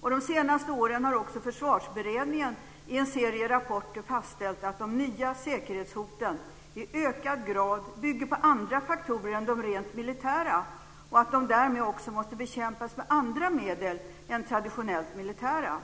De senaste åren har också Försvarsberedningen i en serie rapporter fastställt att de nya säkerhetshoten i ökad grad bygger på andra faktorer än de rent militära och att de därmed också måste bekämpas med andra medel än de traditionellt militära.